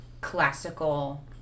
classical